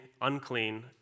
unclean